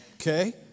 Okay